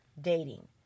dating